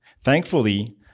Thankfully